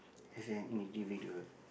as an individual